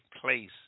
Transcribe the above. place